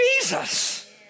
Jesus